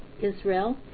Israel